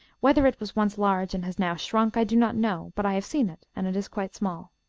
whether it was once large, and has now shrunk, i do not know but i have seen it, and it is quite small.